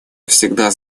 всегда